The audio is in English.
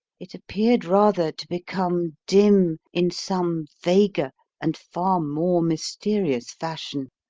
it appeared rather to become dim in some vaguer and far more mysterious fashion,